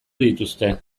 dituzte